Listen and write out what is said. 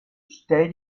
stell